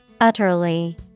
Utterly